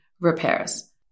repairs